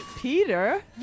Peter